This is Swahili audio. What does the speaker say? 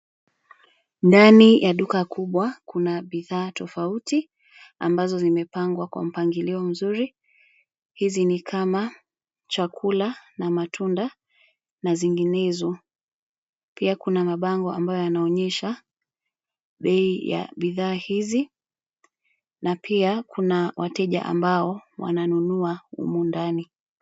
Ndani ya duka kubwa , kuna bidhaa tofauti ambazo zimepangwa kwa mpangilio mzuri . Hizi ni kama chakula na matunda na zinginezo. Pia kuna mabango ambayo yanaonesha bei ya bidhaa hizi na pia kuna wateja ambao wananunua humu ndani.